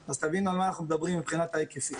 אז תבינו על מה אנחנו מדברים מבחינת ההיקפים.